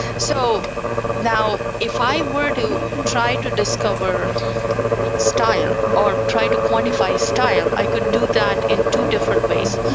so now, if i were to try to discover style or try to quantify style, i could do that in two different ways.